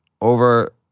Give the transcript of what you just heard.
over